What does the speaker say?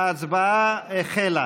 ההצבעה החלה.